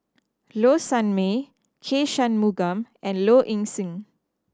Low Sanmay K Shanmugam and Low Ing Sing